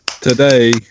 Today